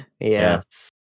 Yes